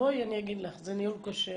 זה ניהול כושל.